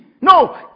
No